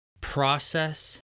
process